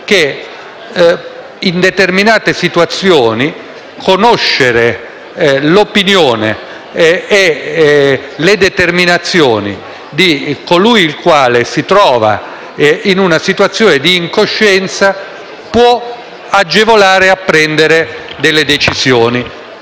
quale in determinate situazioni conoscere l'opinione e le determinazioni di colui il quale si trova in una situazione di incoscienza può agevolare nel prendere decisioni.